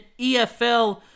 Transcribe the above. EFL